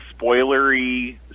spoilery